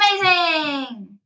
amazing